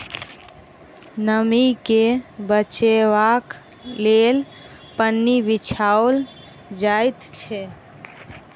नमीं के बचयबाक लेल पन्नी बिछाओल जाइत छै